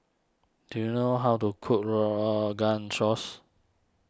do you know how to cook Rogan Josh